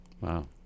Wow